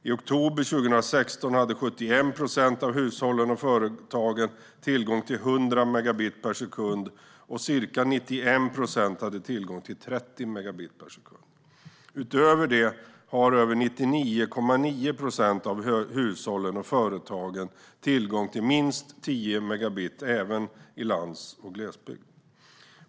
I oktober 2016 hade 71 procent av hushållen och företagen tillgång till 100 megabit per sekund, och ca 91 procent hade tillgång till 30 megabit per sekund. Utöver det har över 99,9 procent av hushållen och företagen tillgång till minst 10 megabit per sekund, även i lands och glesbygd.